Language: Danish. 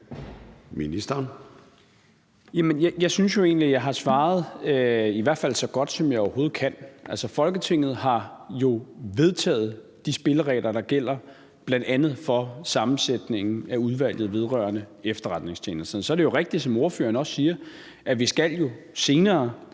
egentlig, jeg har svaret i hvert fald så godt, som jeg overhovedet kan. Altså, Folketinget har jo vedtaget de spilleregler, der gælder bl.a. for sammensætningen af Udvalget vedrørende Efterretningstjenesterne. Så er det jo rigtigt, som ordføreren siger, at vi senere